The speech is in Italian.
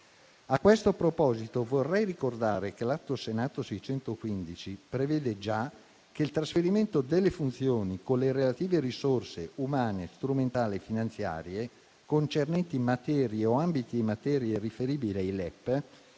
A questo proposito vorrei ricordare che l'Atto Senato 615 prevede già che il trasferimento delle funzioni, con le relative risorse umane, strumentali e finanziarie concernenti materie o ambiti di materie riferibili ai LEP,